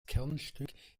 kernstück